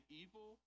evil